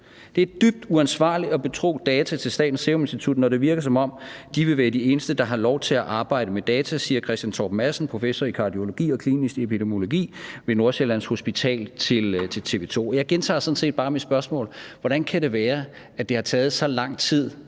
Det er dybt uansvarligt at betro data til Statens Serum Institut, når det virker som om, de vil være de eneste, der har lov til at arbejde med data, siger Christian Torp-Pedersen, professor i kardiologi og klinisk epidemiologi ved Nordsjællands Hospital, til TV 2.« Jeg vil sådan set bare gentage mit spørgsmål: Hvordan kan det være, at det har taget så lang tid